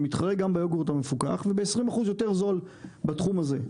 שמתחרה גם ביוגורט המפוקח וב-2-% יותר זול בתחום הזה.